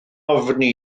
ofni